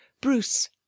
Bruce